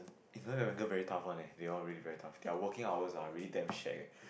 investment banker very tough one eh they all really very tough their working hours ah really damn shag eh